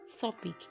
topic